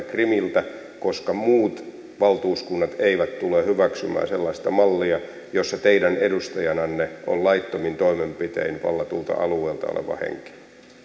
krimiltä koska muut valtuuskunnat eivät tule hyväksymään sellaista mallia jossa teidän edustajananne on laittomin toimenpitein vallatulta alueelta oleva henkilö